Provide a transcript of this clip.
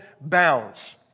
bounds